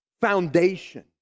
foundation